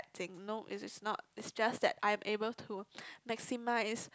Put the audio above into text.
thing no it is not is just that I'm able to maximize